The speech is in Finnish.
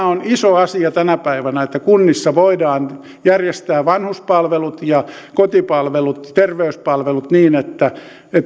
on iso asia tänä päivänä että kunnissa voidaan järjestää vanhuspalvelut kotipalvelut ja terveyspalvelut niin että